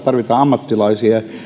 tarvitaan ammattilaisia ja